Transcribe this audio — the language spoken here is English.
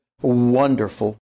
Wonderful